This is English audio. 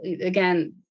again